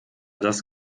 das